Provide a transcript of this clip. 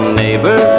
neighbor